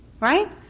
right